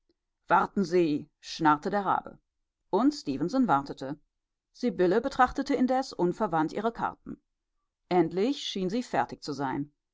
warten sie schnarrte der rabe und stefenson wartete sibylle betrachtete indes unverwandt ihre karten endlich schien sie fertig zu sein